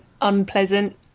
unpleasant